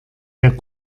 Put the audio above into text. der